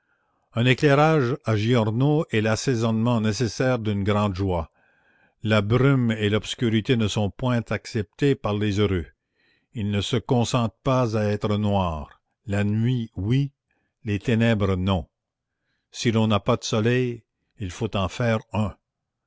un éclairage à giorno est l'assaisonnement nécessaire d'une grande joie la brume et l'obscurité ne sont point acceptées par les heureux ils ne consentent pas à être noirs la nuit oui les ténèbres non si l'on n'a pas de soleil il faut en faire un